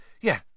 Yeah